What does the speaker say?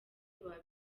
baba